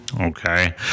Okay